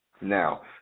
Now